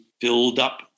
filled-up